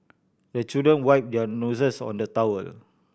the children wipe their noses on the towel